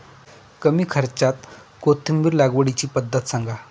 कमी खर्च्यात कोथिंबिर लागवडीची पद्धत सांगा